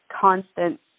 constant